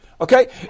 okay